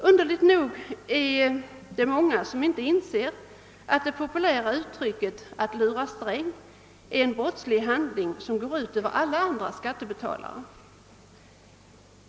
Underligt nog är det många som inte anser att det är en brottslig handling att »lura Sträng», vilken går ut över alla andra skattebetalare.